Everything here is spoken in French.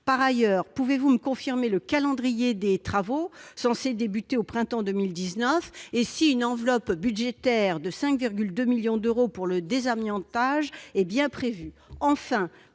Par ailleurs, pouvez-vous me confirmer le calendrier des travaux, censés débuter au printemps 2019 ? Une enveloppe budgétaire de 5,2 millions d'euros pour le désamiantage est-elle bien prévue ?